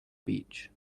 beach